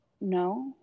no